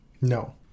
No